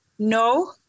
No